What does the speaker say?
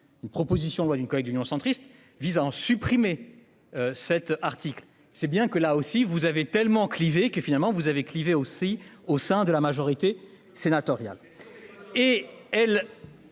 Une proposition de loi d'une collègue d'Union centriste visant supprimer. Cet article, c'est bien que là aussi vous avez tellement cliver que finalement vous avez cliver aussi au sein de la majorité sénatoriale.